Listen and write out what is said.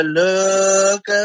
look